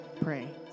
pray